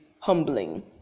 humbling